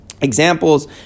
Examples